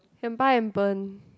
can buy and burn